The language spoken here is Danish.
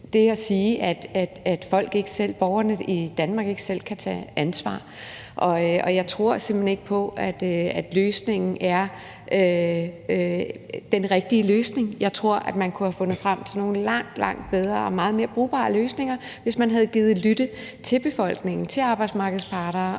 ikke selv, borgerne i Danmark ikke selv kan tage ansvar. Jeg tror simpelt hen ikke på, at løsningen er den rigtige. Jeg tror, man kunne have fundet frem til nogle langt, langt bedre og meget mere brugbare løsninger, hvis man havde gidet lytte til befolkningen, til arbejdsmarkedets parter